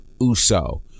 Uso